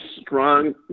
strong